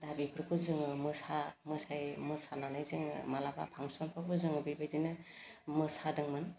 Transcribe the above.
दा बेफोरखौ जोङो मोसा मोसायै मोसानानै जोङो मालाबा फांसनफ्रावबो जोङो बेबायदिनो मोसादोंमोन